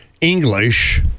English